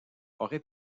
aurait